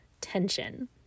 tension